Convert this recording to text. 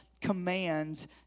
commands